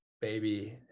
baby